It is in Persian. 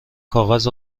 کاغذ